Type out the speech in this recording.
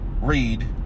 read